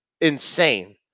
insane